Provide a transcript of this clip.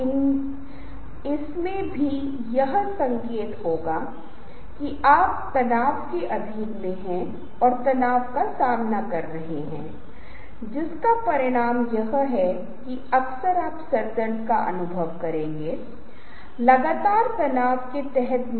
जैसे की खाली घूरना आँखें गिराना सुस्ती महसूस होना कोई पलक न झपकना आँख झपकना हाथों में सिर थोड़ा आँखों का संपर्क टांगों को पार करना डूडलिंग कुछ दोहरावदार दोहन करना अपने मोबाइलों को बाहर निकालना उनकी घड़ियों को देखना यह लक्षणों की एक विस्तृत श्रृंखला है जो आपको श्रोताओं की स्थिति से अवगत कराता है और आपको इन संकेतों से अवगत होने की आवश्यकता है जिसका अर्थ है कि आपको अपनी प्रस्तुति की रणनीति को रोकना या बदलना होगा